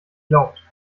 glaubt